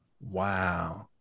Wow